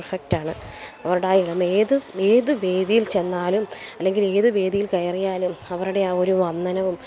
perfect ആണ് അവരുടെ ആ എളിമ ഏത് ഏത് വേദിയിൽ ചെന്നാലും അല്ലെങ്കിൽ ഏത് വേദിയിൽ കയറിയാലും അവരുടെ ആ ഒരു വന്ദനവും